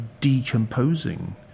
decomposing